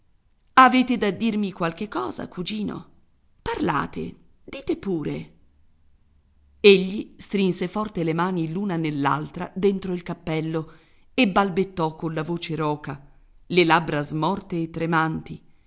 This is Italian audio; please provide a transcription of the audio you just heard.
avete da dirmi qualche cosa cugino parlate dite pure egli strinse forte le mani l'una nell'altra dentro il cappello e balbettò colla voce roca le labbra smorte e tremanti